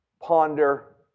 Ponder